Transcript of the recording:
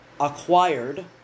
acquired